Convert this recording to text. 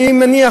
אני מניח,